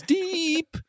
deep